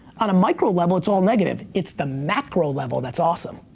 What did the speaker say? on a micro level, it's all negative. it's the macro level that's awesome.